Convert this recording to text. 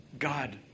God